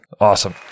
Awesome